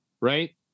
Right